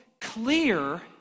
clear